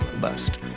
Bust